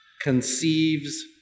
conceives